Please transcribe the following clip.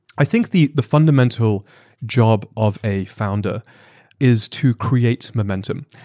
i think the the fundamental job of a founder is to create momentum.